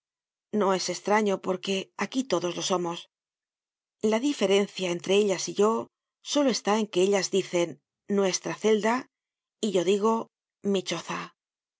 no esestraño porque aquí todos lo somos la diferencia entre ellas y yo solo está en que ellas dicen nuestra celda y yo digo mi choza